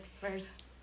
first